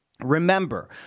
Remember